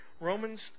Romans